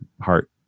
heart